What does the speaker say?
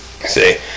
see